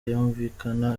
yumvikana